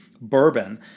bourbon